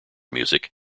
music